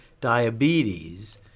diabetes